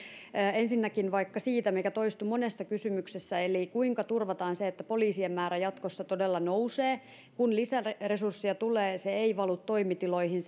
ensinnäkin vaikka siitä mikä toistui monessa kysymyksessä eli kuinka turvataan se että poliisien määrä jatkossa todella nousee kun lisäresursseja tulee se ei valu toimitiloihin